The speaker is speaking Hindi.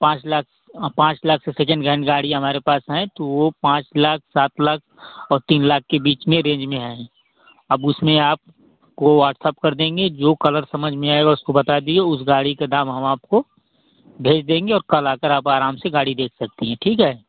पाँच लाख पाँच लाख से सेकेंड जैन गाड़ी हमारे पास हैं तो वह पाँच लाख सात लाख और तीन लाख के बीच में रेंज में हैं अब उसमें आप को वाट्सअप कर देंगे जो कलर समझ में आएगा उसको बता दिए उस गाड़ी का दाम हम आपको भेज देंगे और कल आकर आप आराम से गाड़ी देख सकती हैं ठीक है